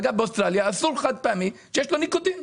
באוסטרליה יש איסור על חד פעמי שיש בו ניקוטין.